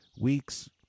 weeks